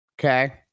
Okay